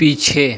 पीछे